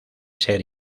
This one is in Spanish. ser